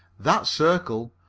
that circle,